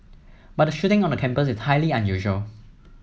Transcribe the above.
but a shooting on a campus is highly unusual